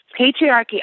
patriarchy